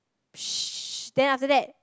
then after that